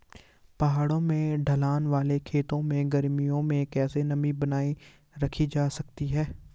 पहाड़ों में ढलान वाले खेतों में गर्मियों में कैसे नमी बनायी रखी जा सकती है?